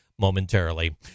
momentarily